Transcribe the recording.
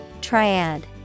Triad